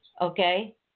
Okay